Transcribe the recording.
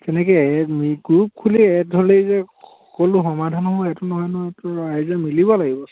তেনেকৈ এড গ্ৰুপ খুলি এড হ'লেই যে সকলো সমাধান হ'ব সেইটো নহয় নহয় সকলো ৰাইজে মিলিব লাগিব